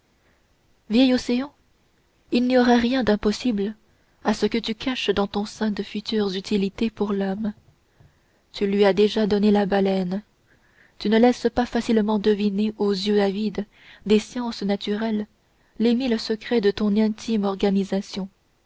vieil océan il n'y aurait rien d'impossible à ce que tu caches dans ton sein de futures utilités pour l'homme tu lui as déjà donné la baleine tu ne laisses pas facilement deviner aux yeux avides des sciences naturelles les mille secrets de ton intime organisation